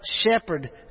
shepherd